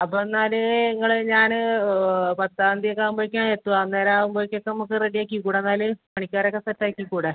അപ്പോൾ എന്നാൽ നിങ്ങൾ ഞാൻ പത്താം തീയതി ഒക്കെ ആവുമ്പോഴേക്കും എത്തും അന്നേരം അവുമ്പോഴേക്കൊക്കെ നമുക്ക് റെഡി ആക്കിക്കൂടേ എന്നാൽ പണിക്കാരെ ഒക്കെ സെറ്റ് ആക്കിക്കൂടേ